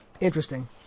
Interesting